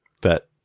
that-